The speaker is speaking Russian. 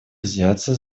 взяться